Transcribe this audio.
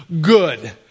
good